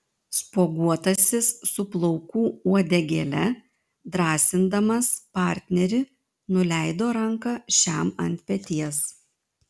spuoguotasis su plaukų uodegėle drąsindamas partnerį nuleido ranką šiam ant peties